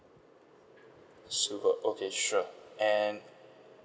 silver okay sure and